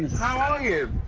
how are you?